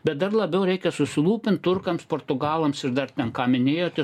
bet dar labiau reikia susirūpint turkams portugalams ir dar ten ką minėjote